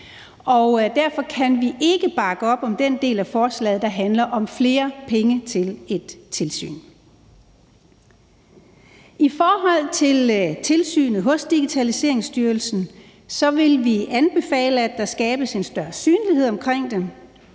Derfor kan vi ikke bakke op om den del af forslaget, der handler om flere penge til et tilsyn. I forhold til tilsynet hos Digitaliseringsstyrelsen vil vi anbefale, at der skabes en større synlighed omkring det,